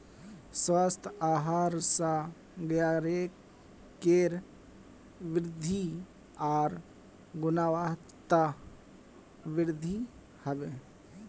स्वस्थ आहार स गायकेर वृद्धि आर गुणवत्तावृद्धि हबे